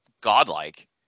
godlike